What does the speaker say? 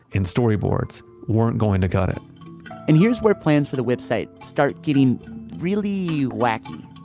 and story boards weren't going to cut it and here's where plans for the wipp site start getting really wacky.